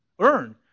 earn